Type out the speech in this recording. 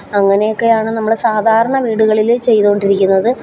അങ്ങനെയൊക്കെ ആണ് നമ്മള് സാധാരണ വീടുകളില് ചെയ്തുകൊണ്ടിരിക്കുന്നത്